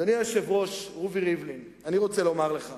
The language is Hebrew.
אדוני היושב-ראש, רובי ריבלין, אני רוצה לומר לך